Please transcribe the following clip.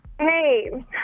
Hey